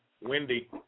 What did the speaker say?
Wendy